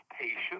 patience